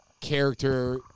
character